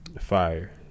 Fire